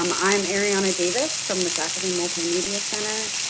um i'm arianna davis, from the faculty multimedia center.